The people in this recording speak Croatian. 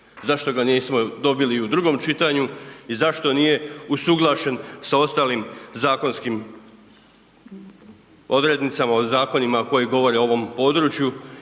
zašto ga nismo dobili i u drugom čitanju i zašto nije usuglašen sa ostalim zakonskim odrednicama o zakonima koji govore o ovom području?